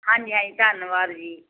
ਹਾਂਜੀ ਹਾਂਜੀ ਧੰਨਵਾਦ ਜੀ